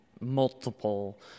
multiple